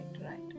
right